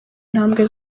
ntambwe